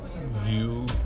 view